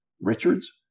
Richards